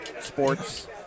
sports